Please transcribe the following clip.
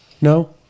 No